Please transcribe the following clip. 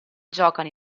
giocano